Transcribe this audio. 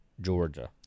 Georgia